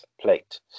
Plate